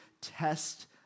test